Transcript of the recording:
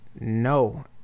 No